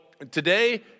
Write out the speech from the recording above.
Today